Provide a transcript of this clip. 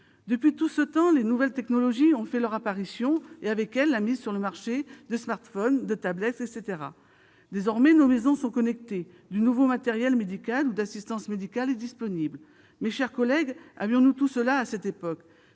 Depuis tout ce temps, les nouvelles technologies ont fait leur apparition et, avec elles, la mise sur le marché de smartphones, de tablettes, etc. Désormais, nos maisons sont connectées, du nouveau matériel médical ou d'assistance médicale est disponible. Mes chers collègues, avions-nous tout cela à cette époque ?